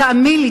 תאמין לי,